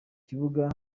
kibuga